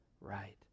right